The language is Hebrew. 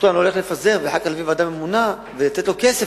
את המועצה שלו אני הולך לפזר ואחר כך להקים ועדה ממונה ולתת לו כסף,